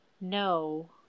no